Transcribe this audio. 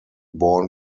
born